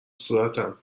صورتم